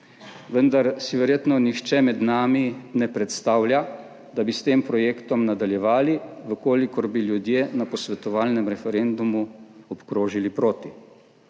vendar si verjetno nihče med nami ne predstavlja, da bi s tem projektom nadaljevali, če bi ljudje na posvetovalnem referendumu obkrožili proti.